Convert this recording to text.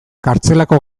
kartzelako